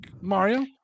Mario